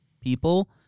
people